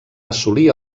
assolir